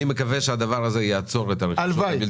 אני מקווה שזה יעצור את הרכישות הבלתי